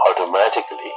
automatically